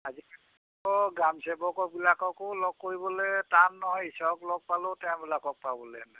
আজিকালি গ্ৰামসেৱকবিলাককো লগ কৰিবলৈ টান নহয় ইশ্বৰক লগ পালেও তেওঁবিলাকক পাবলৈ নাই